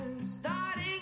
starting